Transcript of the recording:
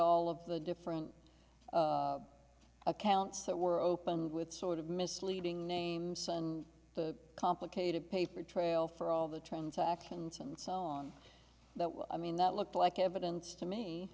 all of the different accounts that were opened with sort of misleading names and the complicated paper trail for all the transactions and so on that i mean that looked like evidence to me